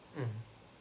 mmhmm